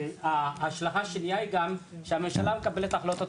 שההשלכה של זה שהממשלה מקבלת החלטות,